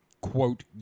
quote